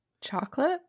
Chocolate